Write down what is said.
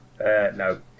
No